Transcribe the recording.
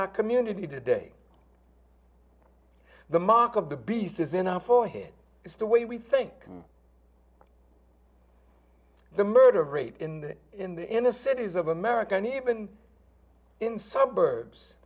our community today the mark of the beast is enough for him it's the way we think the murder rate in the in the inner cities of america even in suburbs